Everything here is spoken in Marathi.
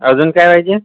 अजून काय पाहिजे